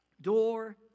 Door